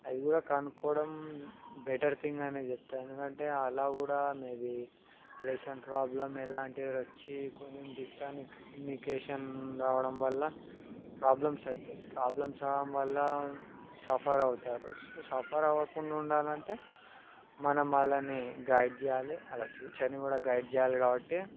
అది కూడా కనుక్కోవడం బెటర్థింగ్ అని చెప్తా ఎందుకంటే అలా కూడా మే బీ రిలేషన్ ప్రాబ్లమ్ అలాంటివి వచ్చి కొన్ని మిస్కమ్యూనికేషన్ రావడం వల్ల ప్రాబ్లమ్స్ అవుతాయి ప్రాబ్లమ్స్ రావడం వల్ల సఫర్ అవుతారు సో సఫర్ అవ్వకుండా ఉండాలంటే మనం వాళ్ళని గైడ్ చేయాలి వాళ్ళ ఫ్యూచర్ని కూడా గైడ్ చెయ్యాలి కాబట్టి